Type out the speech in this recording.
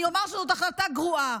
אני אומר שזאת החלטה גרועה,